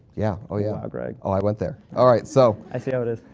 yeah oh yeah. wow greg. oh, i went there. alright, so. i see how it is.